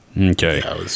Okay